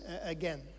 again